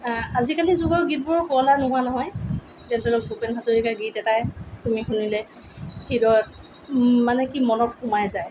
আজিকালিৰ যুগৰ গীতবোৰো শুৱলা নোহোৱা নহয় যেনে ধৰি লওক ভূপেন হাজৰিকাৰ গীত এটাই শুনিলে হৃদয়ত মানে কি মনত সোমাই যায়